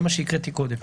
זה מה שהקראתי קודם.